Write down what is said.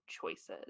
choices